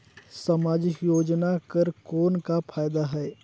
समाजिक योजना कर कौन का फायदा है?